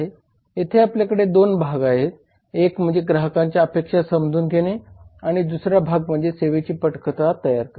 येथे आपल्याकडे 2 भाग आहेत एक म्हणजे ग्राहकांच्या अपेक्षा समजून घेणे आणि दुसरा भाग म्हणजे सेवेची पटकथा तयार करणे